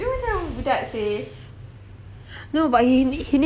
no but he needs he needs to have a proper home so tomorrow he's going to buy